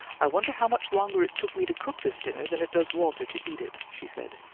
i wonder how much longer it took me to cook this dinner than it does walter to eat it? she said.